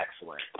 excellent